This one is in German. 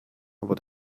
aber